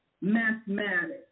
mathematics